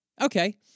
Okay